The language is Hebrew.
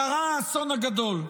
קרה האסון הגדול,